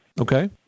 Okay